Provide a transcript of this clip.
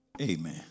Amen